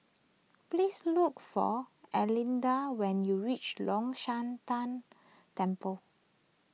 please look for Erlinda when you reach Long Shan Tang Temple